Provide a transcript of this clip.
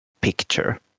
picture